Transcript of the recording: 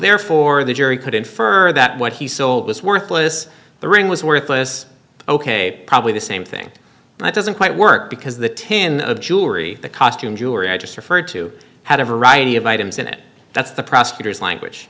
therefore the jury could infer that what he sold was worthless the ring was worthless ok probably the same thing and it doesn't quite work because the tin of jewelry the costume jewelry i just referred to had a variety of items in it that's the prosecutor's language